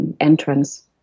entrance